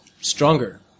stronger